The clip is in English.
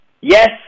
Yes